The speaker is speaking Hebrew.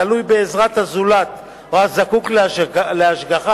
התלוי בעזרת הזולת או הזקוק להשגחה,